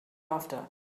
after